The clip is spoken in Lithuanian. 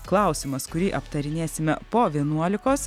klausimas kurį aptarinėsime po vienuolikos